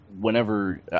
whenever –